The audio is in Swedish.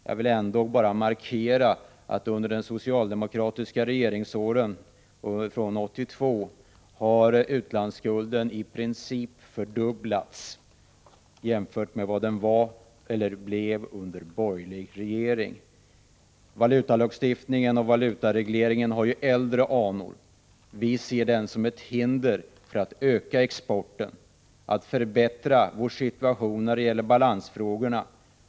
Jag vill bara markera att utlandsskulden i stort sett har fördubblats under de socialdemokratiska regeringsåren, fr.o.m. 1982, jämfört med förhållandet under den borgerliga regeringstiden. Valutalagstiftningen och valutaregleringen har äldre anor. Vi betraktar regleringen som ett hinder för en ökning av exporten och för en förbättring av situationen när det gäller balansfrågorna.